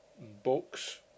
books